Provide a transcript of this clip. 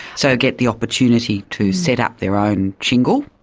so get the opportunity to set up their own shingle.